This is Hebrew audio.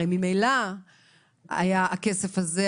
הרי ממילא הכסף הזה,